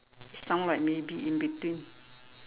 sound like maybe in between